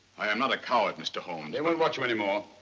i am not a coward, mr. holmes. they won't watch you anymore.